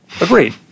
Agreed